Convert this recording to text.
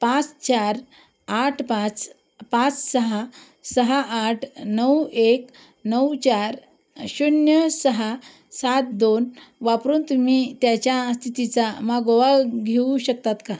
pass चार आठ पाच पाच सहा सहा आठ नऊ एक नऊ चार शून्य सहा सात दोन वापरून तुम्ही त्याच्या स्थितीचा मागोवा घेऊ शकतात का